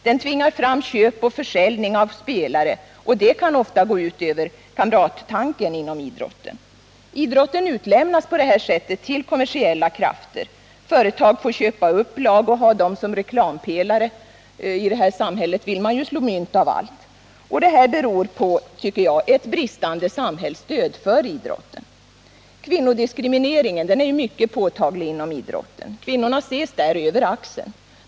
Den tvingar fram köp och försäljning av spelare, och det kan ofta gå ut över kamrattanken inom idrotten. Idrotten utlämnas på detta sätt till kommersiella krafter; företag får köpa upp lag och ha dem som reklampelare. I vårt samhälle vill man ju slå mynt av allt. Och detta beror bl.a. på ett bristande samhällsstöd till idrotten. Kvinnodiskrimineringen är mycket påtaglig inom idrotten. Kvinnorna ses där över axeln.